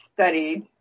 studied